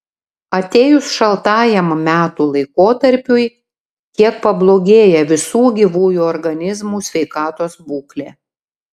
atėjus šaltajam metų laikotarpiui kiek pablogėja visų gyvųjų organizmų sveikatos būklė